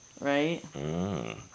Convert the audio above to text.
Right